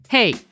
Hey